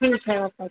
ठीक है ओके